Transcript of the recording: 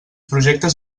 projectes